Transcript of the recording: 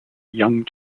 young